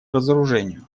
разоружению